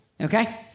okay